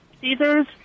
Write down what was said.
Caesars